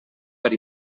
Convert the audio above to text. per